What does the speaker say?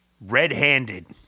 red-handed